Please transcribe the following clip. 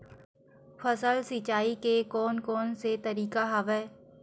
फसल सिंचाई के कोन कोन से तरीका हवय?